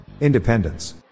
Independence